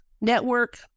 network